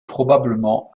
probablement